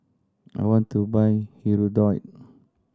I want to buy Hirudoid